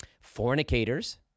Fornicators